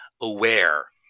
aware